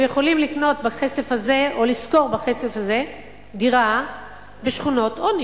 הם יכולים לקנות בכסף הזה או לשכור בכסף הזה דירה בשכונות עוני